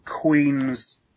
queen's